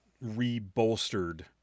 re-bolstered